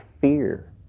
fear